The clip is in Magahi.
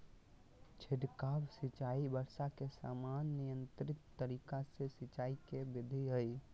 छिड़काव सिंचाई वर्षा के समान नियंत्रित तरीका से सिंचाई के विधि हई